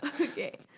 Okay